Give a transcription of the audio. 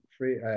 free